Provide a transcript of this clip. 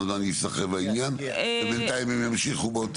זמן ייסחב העניין ובינתיים הם ימשיכו?